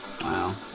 Wow